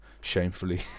shamefully